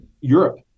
Europe